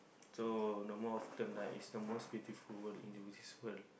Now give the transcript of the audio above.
so no more often right is the most beautiful word in the business world